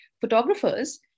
photographers